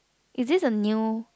is this a new